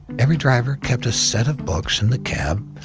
every driver kept a set of books in the cab,